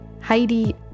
Heidi